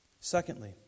Secondly